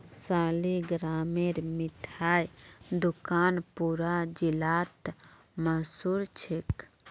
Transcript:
सालिगरामेर मिठाई दुकान पूरा जिलात मशहूर छेक